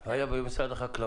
להבהיר.